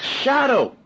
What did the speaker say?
shadow